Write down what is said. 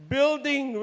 Building